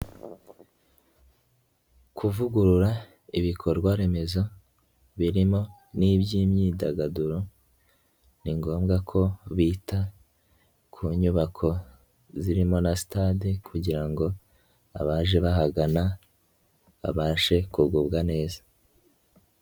Kuvugurura ibikorwa remezo birimo n'iby'imyidagaduro ni ngombwa ko bita ku nyubako zirimo na sitade kugira ngo abaje bahagana babashe kugubwa neza.